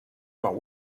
par